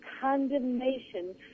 condemnation